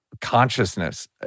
consciousness